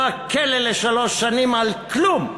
לא הכלא לשלוש שנים על כלום.